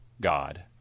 God